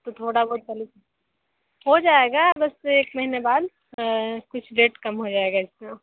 तो थोडा बहुत चले हो जाएगा बस एक महीने बाद कुछ रेट कम हो जाएगा इसका